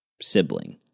sibling